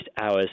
hours